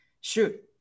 shoot